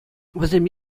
вӗсем